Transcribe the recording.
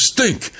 Stink